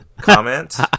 comment